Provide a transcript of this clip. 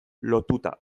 lotuta